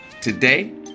Today